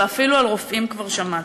ואפילו על רופאים כבר שמעתי.